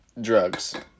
Drugs